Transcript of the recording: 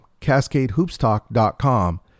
CascadeHoopsTalk.com